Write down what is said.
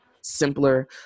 Simpler